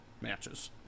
matches